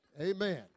Amen